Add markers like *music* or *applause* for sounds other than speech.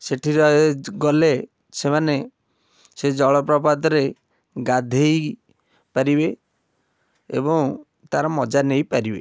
ସେଠି *unintelligible* ଗଲେ ସେମାନେ ସେ ଜଳପ୍ରପାତରେ ଗାଧେଇ ପାରିବେ ଏବଂ ତାର ମଜା ନେଇପାରିବେ